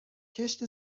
کشت